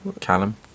Callum